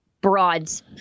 broads